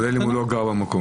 כולל אם הוא לא גר במקום.